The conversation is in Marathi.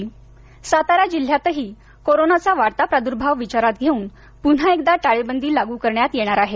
सातारा सातारा जिल्हयातहि कोरोनाचा वाढता प्रादूर्भाव विचारात घेऊन पुन्हा एकदा टाळेबंदी लागू करण्यात येणार आहे